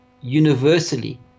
universally